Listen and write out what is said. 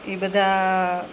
એ બધાં